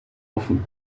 offen